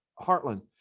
Heartland